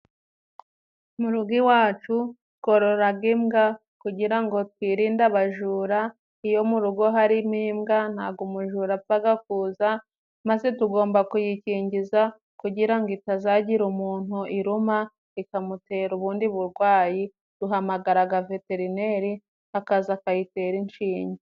Mu rugo iwacu twororaga imbwa kugira ngo twirinde abajura, iyo mu rugo harimo imbwa ntago umujura apfaga kuza , maze tugomba kuyikingiza kugira ngo itazagira umuntu iruma ikamutera ubundi burwayi. Duhamagaraga veterineri akaza akayitera inshinge .